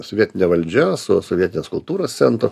sovietine valdžia su sovietinės kultūros centru